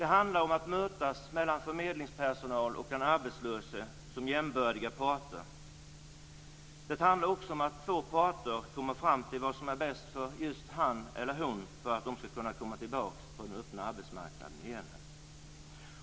Det handlar om att förmedlingspersonalen och den arbetslöse kan mötas som jämbördiga parter. Det handlar också om att två parter kommer fram till vad som är bäst för den arbetslöse och vad som behövs för att han eller hon ska kunna komma tillbaka på den öppna arbetsmarknaden igen.